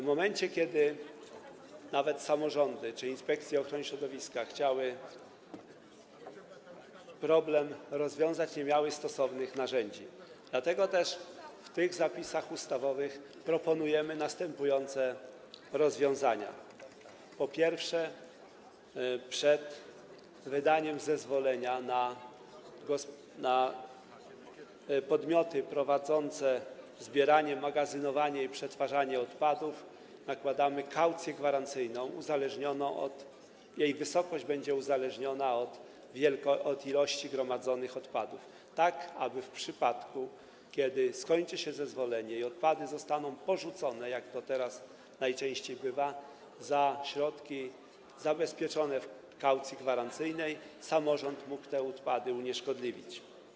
W momencie gdy samorządy czy inspekcje ochrony środowiska chciały problem rozwiązać, nie miały stosownych narzędzi, dlatego też w tych zapisach ustawowych proponujemy następujące rozwiązania: po pierwsze, przed wydaniem zezwolenia na podmioty zajmujące się zbieraniem, magazynowaniem i przetwarzaniem odpadów nakładamy kaucję gwarancyjną - jej wysokość będzie uzależniona od ilości gromadzonych odpadów, tak aby w przypadku kiedy skończy się okres ważności zezwolenia i odpady zostaną porzucone, jak to teraz najczęściej bywa, za środki zabezpieczone w ramach kaucji gwarancyjnej samorząd mógł te odpady unieszkodliwić.